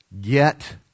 get